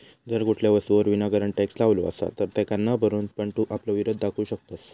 जर कुठल्या वस्तूवर विनाकारण टॅक्स लावलो असात तर तेका न भरून पण तू आपलो विरोध दाखवू शकतंस